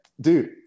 dude